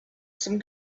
some